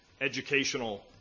educational